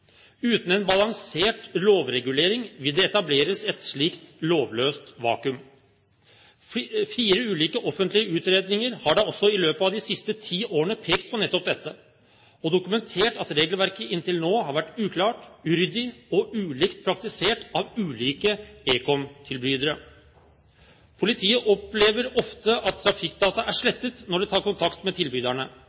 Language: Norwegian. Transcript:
Uten en balansert lovregulering vil det etableres et slikt lovløst vakuum. Fire ulike offentlige utredninger har da også i løpet av de siste ti årene pekt på nettopp dette, og dokumentert at regelverket inntil nå har vært uklart, uryddig og ulikt praktisert av ulike ekomtilbydere. Politiet opplever ofte at trafikkdata er slettet når de tar kontakt med tilbyderne.